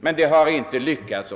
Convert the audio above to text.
Detta har inte lyckats.